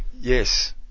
Yes